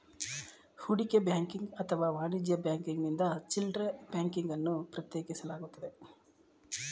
ಹೂಡಿಕೆ ಬ್ಯಾಂಕಿಂಗ್ ಅಥವಾ ವಾಣಿಜ್ಯ ಬ್ಯಾಂಕಿಂಗ್ನಿಂದ ಚಿಲ್ಡ್ರೆ ಬ್ಯಾಂಕಿಂಗ್ ಅನ್ನು ಪ್ರತ್ಯೇಕಿಸಲಾಗುತ್ತೆ